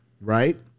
Right